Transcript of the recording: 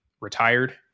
retired